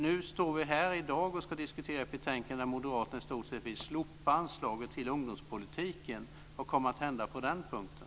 Nu står vi här i dag och ska diskutera ett betänkande där Moderaterna i stort sett vill slopa anslaget till ungdomspolitiken. Vad kommer att hända på den punkten?